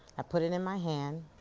i put it in my hand.